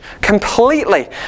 completely